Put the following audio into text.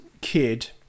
kid